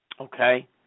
Okay